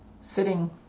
sitting